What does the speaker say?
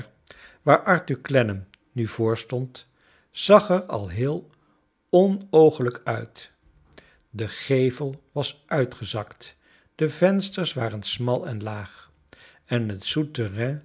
waar arthur clennam nu voor stond zag er al heel onooglijk uit de gevel was uitgezakt de vensters waren smal en laag en het